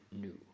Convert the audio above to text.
new